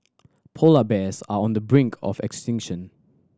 polar bears are on the brink of extinction